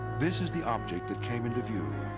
this is the object that came into view.